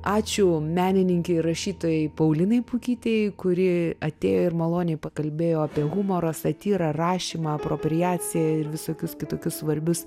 ačiū menininkei rašytojai paulinai pukytei kurie atėjo ir maloniai pakalbėjo apie humoro satyrą rašymą apropriaciją ir visokius kitokius svarbius